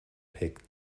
picked